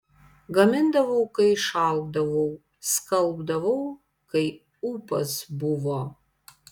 gamindavau kai išalkdavau skalbdavau kai ūpas buvo